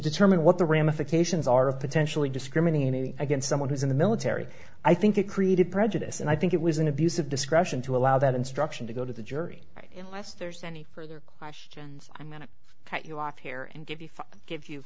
determine what the ramifications are of potentially discriminating against someone who is in the military i think it created prejudice and i think it was an abuse of discretion to allow that instruction to go to the jury as there's any further questions i'm going to cut you off here and give you give you